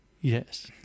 yes